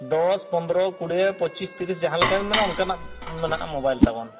ᱫᱚᱥ ᱯᱚᱱᱫᱨᱚ ᱠᱩᱲᱤᱭᱟᱹ ᱯᱚᱸᱪᱤᱥ ᱛᱤᱨᱤᱥ ᱡᱟᱦᱟᱸ ᱞᱮᱠᱟ ᱵᱤᱱ ᱢᱮᱱᱟ ᱚᱱᱠᱟᱱᱟᱜ ᱢᱮᱱᱟᱜᱼᱟ ᱢᱳᱵᱟᱭᱤᱞ ᱛᱟᱵᱚᱱ